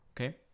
Okay